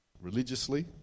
religiously